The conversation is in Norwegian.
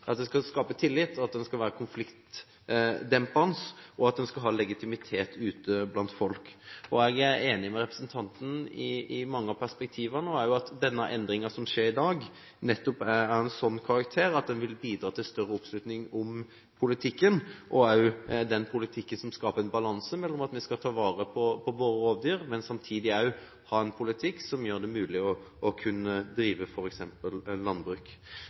tillit, at den er konfliktdempende, og at den har legitimitet ute blant folk. Jeg er enig med representanten i mange av perspektivene, og også at denne endringen som skjer i dag, er av en sånn karakter at den vil bidra til større oppslutning om politikken – også den politikken som skal skape en balanse mellom det at vi skal ta vare på våre rovdyr, samtidig som vi skal gjøre det mulig å kunne drive f.eks. landbruk.